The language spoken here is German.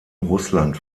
russland